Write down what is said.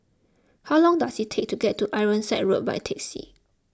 how long does it take to get to Ironside Road by taxi